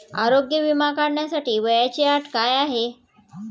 आरोग्य विमा काढण्यासाठी वयाची अट काय आहे?